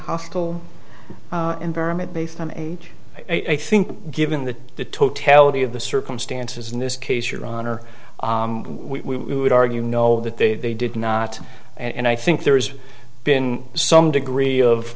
hostile environment based on age eight think given the totality of the circumstances in this case your honor we would argue no that they did not and i think there's been some degree of